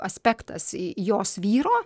aspektas jos vyro